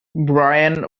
bryan